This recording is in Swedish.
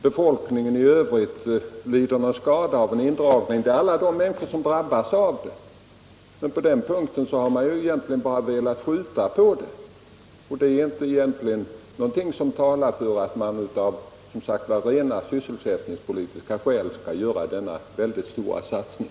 Befolkningen i övrigt lider ingen skada av en indragning. Det är personalen som drabbas av den. På den punkten har reservanterna egentligen bara velat skjuta på problemen. Ingenting talar för att man av rent sysselsättningspolitiska skäl skall göra denna väldigt stora satsning.